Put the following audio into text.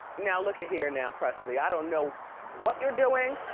now look-a-here now, presley, i don't know what you're doing.